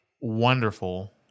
wonderful